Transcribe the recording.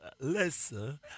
listen